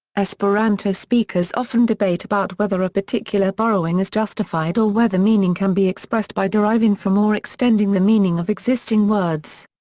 esperanto speakers often debate about whether a particular borrowing is justified or whether meaning can be expressed by deriving from or extending the meaning of existing words.